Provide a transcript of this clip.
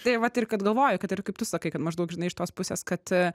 tai vat ir kad galvoju kad ir kaip tu sakai kad maždaug žinai iš tos pusės kad